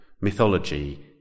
mythology